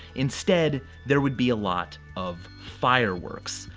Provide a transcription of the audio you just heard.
instead, there would be a lot of fireworks.